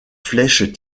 flèches